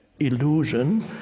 illusion